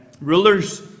rulers